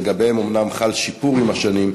ולגביהם אומנם חל שיפור עם השנים,